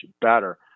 better